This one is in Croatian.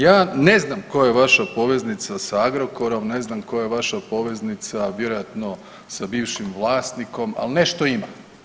Ja ne znam koja je vaša poveznica sa Agrokorom, ne znam koja je vaša poveznica vjerojatno sa bivšim vlasnikom, ali nešto ima.